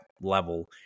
level